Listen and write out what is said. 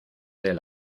del